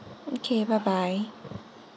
okay bye bye